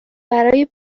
برای